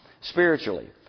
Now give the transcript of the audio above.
spiritually